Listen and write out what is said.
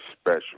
special